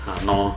!hannor!